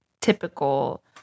typical